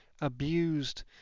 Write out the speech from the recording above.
abused